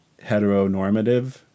heteronormative